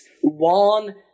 one